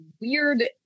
weird